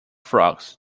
frogs